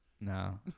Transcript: no